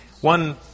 One